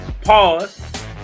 pause